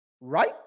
Right